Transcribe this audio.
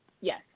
Yes